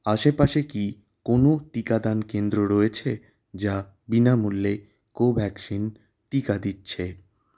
আশেপাশে কি কোনো টিকাদান কেন্দ্র রয়েছে যা বিনামূল্যে কোভ্যাক্সিন টিকা দিচ্ছে